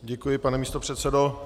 Děkuji vám, pane místopředsedo.